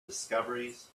discoveries